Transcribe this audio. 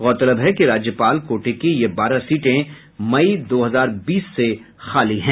गौरतलब है कि राज्यपाल कोटे की यह बारह सीटें मई दो हजार बीस से खाली है